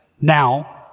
now